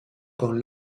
con